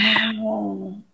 Wow